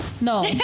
no